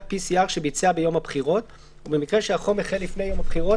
PCR שביצע ביום הבחירות ובמקרה שהחום החל לפני יום הבחירות,